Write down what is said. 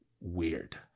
weird